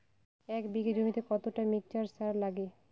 এক বিঘা জমিতে কতটা মিক্সচার সার লাগে?